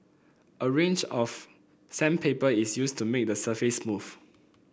a range of sandpaper is used to make the surface smooth